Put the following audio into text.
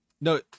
No